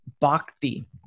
bhakti